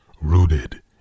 rooted